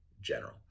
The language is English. general